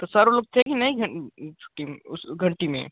तो सारों लोग थे कि नहीं छुट्टी में उस घंटी में